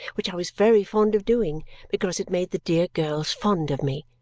which i was very fond of doing because it made the dear girls fond of me.